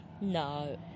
No